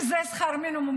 שזה שכר מינימום,